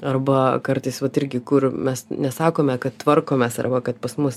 arba kartais vat irgi kur mes nesakome kad tvarkomės arba kad pas mus